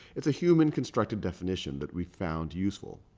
it's a human-constructed definition that we found useful.